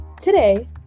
Today